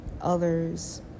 others